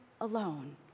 alone